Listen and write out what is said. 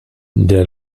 der